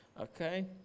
Okay